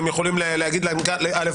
והם יכולים להגיד להם א',